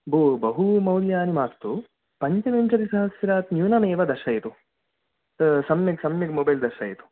भो बहु मौल्यानि मास्तु पञ्चविंशतिसहस्रात् न्यूनमेव दर्शयतु सम्यक् सम्यक् मोबैल् दर्शयतु